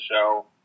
show